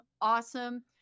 awesome